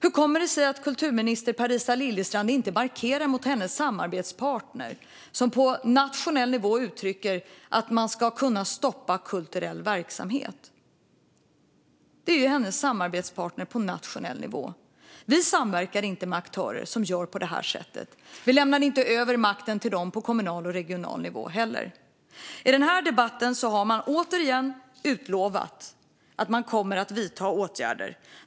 Hur kommer det sig att kulturminister Parisa Liljestrand inte markerar mot en samarbetspartner på nationell nivå som uttrycker att man ska kunna stoppa kulturell verksamhet? Vi samverkar inte med aktörer som gör så. Vi lämnar inte över makten till dem på kommunal och regional nivå heller. I denna debatt har man åter utlovat att man kommer att vidta åtgärder.